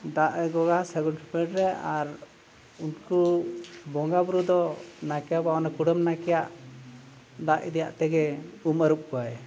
ᱫᱟᱜᱼᱮ ᱜᱚᱜᱟ ᱥᱟᱹᱜᱩᱱ ᱥᱩᱯᱟᱹᱲᱤ ᱨᱮ ᱟᱨ ᱩᱱᱠᱩ ᱵᱚᱸᱜᱟ ᱵᱩᱨᱩ ᱫᱚ ᱱᱟᱭᱠᱮ ᱵᱟᱵᱟ ᱚᱱᱟ ᱠᱩᱰᱟᱹᱢ ᱱᱟᱭᱠᱮᱭᱟᱜ ᱫᱟᱜ ᱤᱫᱤᱭᱟᱜ ᱛᱮᱜᱮ ᱩᱢ ᱟᱹᱨᱩᱵ ᱠᱚᱣᱟᱭ